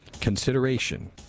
consideration